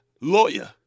Lawyer